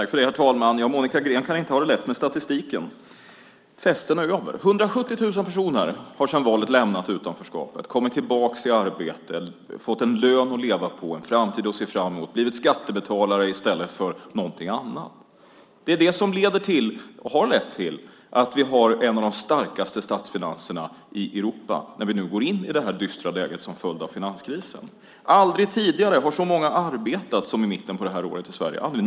Herr talman! Monica Green kan inte ha det lätt med statistiken. "Festen är över." 170 000 personer har sedan valet lämnat utanförskapet, kommit tillbaka i arbete, fått en lön att leva på, en framtid att se fram emot, blivit skattebetalare i stället för något annat. Det är det som har lett till att vi har en av de starkaste statsfinanserna i Europa när vi nu går in i det dystra läget som en följd av finanskrisen. Aldrig någonsin tidigare har så många arbetat som vid mitten av det här året i Sverige.